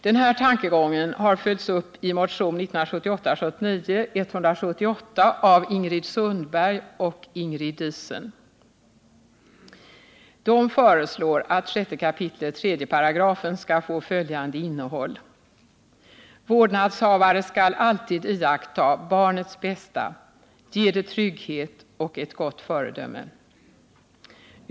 Den här tankegången har följts upp i motionen 1978/79:178 av Ingrid Sundberg och Ingrid Diesen. De föreslår att 6 kap. 3 § skall få följande innehåll: ”Vårdnadshavare skall alltid iakttaga barnets bästa, giva det trygghet och ett gott föredöme.